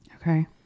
Okay